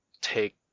take